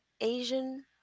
Asian